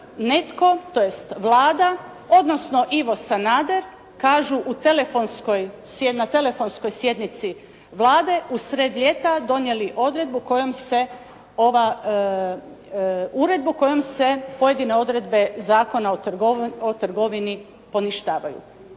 netko tj. Vlada, odnosno Ivo Sanader, kažu na telefonskoj sjednici Vlade u sred ljeta donijeli uredbu kojom se pojedine odredbe Zakona o trgovini poništavaju.